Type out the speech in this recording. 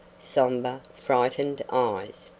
somber, frightened eyes,